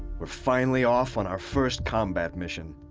we're finally off on our first combat mission.